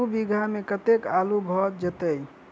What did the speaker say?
दु बीघा मे कतेक आलु भऽ जेतय?